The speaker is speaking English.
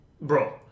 Bro